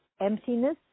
emptiness